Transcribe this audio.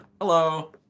hello